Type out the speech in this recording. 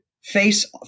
face